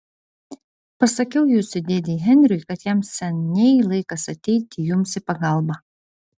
pasakiau jūsų dėdei henriui kad jam seniai laikas ateiti jums į pagalbą